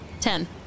Ten